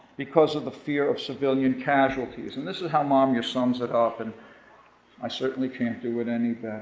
because of the fear of civilian casualties. and this is how momyer sums it up and i certainly can't do it any